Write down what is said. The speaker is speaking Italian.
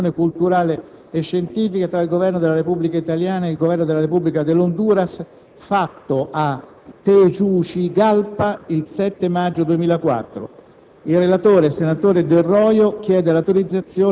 reca: «Ratifica ed esecuzione dell'Accordo di cooperazione culturale e scientifica tra il Governo della Repubblica italiana ed il Governo della Repubblica dell'Honduras, fatto a Tegucigalpa il 7 maggio 2004ۚ».